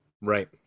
Right